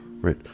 right